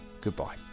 goodbye